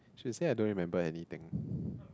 she said I don't remember anything